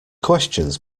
questions